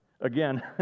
Again